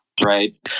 right